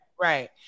Right